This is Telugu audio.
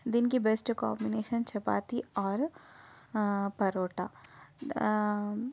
దీనికి best combination chapati or paratha